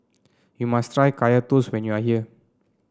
you must try Kaya Toast when you are here